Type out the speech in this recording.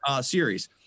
series